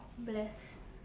bless